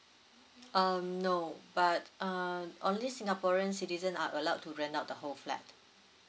um no but uh only singaporean citizen are allowed to rent out the whole flat